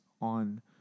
on